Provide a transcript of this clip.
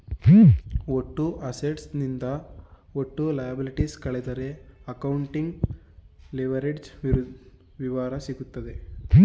ಒಟ್ಟು ಅಸೆಟ್ಸ್ ನಿಂದ ಒಟ್ಟು ಲಯಬಲಿಟೀಸ್ ಕಳೆದರೆ ಅಕೌಂಟಿಂಗ್ ಲಿವರೇಜ್ಡ್ ವಿವರ ಸಿಗುತ್ತದೆ